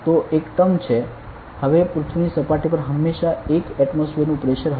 તો એક ટર્મ છે હવે પૃથ્વીની સપાટી પર હંમેશાં 1 એટમોસફીયરનું પ્રેશર હશે